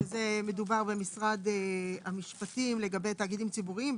ומדובר במשרד המשפטים לגבי תאגידים ציבוריים.